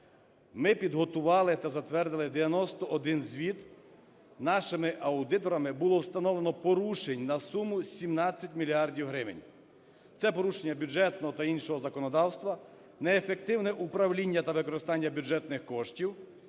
Ми підготували та затвердили 91 звіт. Нашими аудиторами було встановлено порушень на суму 17 мільярдів гривен. Це порушення бюджетного та іншого законодавства, неефективне управління та використання бюджетних коштів,